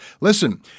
Listen